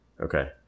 Okay